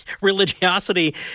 religiosity